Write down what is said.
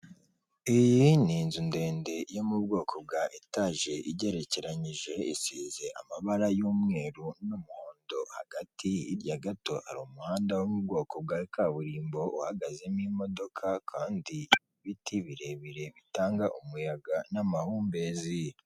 Iyi ni inzu ndende yo mu bwoko bwa etaje igerekeranyije, isize amabara y'umweru n'umuhondo hagati, hirya gato hari umuhanda wo mu bwoko bwa kaburimbo uhagazemo imodoka kandi ibiti birebire bitanga umuyaga n'amahumbezi.